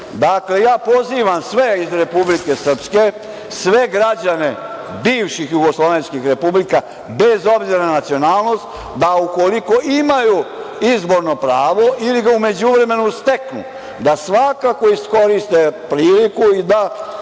podsmevaju. Ja pozivam sve iz Republike Srpske, sve građane bivših jugoslovenskih republika, bez obzira na nacionalnost, da ukoliko imaju izborno pravo ili ga u međuvremenu steknu, da svakako iskoriste priliku i